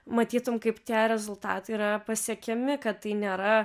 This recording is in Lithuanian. matytum kaip tie rezultatai yra pasiekiami kad tai nėra